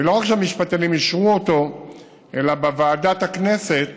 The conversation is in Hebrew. ולא רק שהמשפטנים אישרו אותו אלא בוועדת כנסת,